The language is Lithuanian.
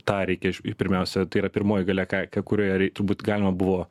tą reikia iš pirmiausia tai yra pirmoji galeka kai kurioje rei turbūt galima buvo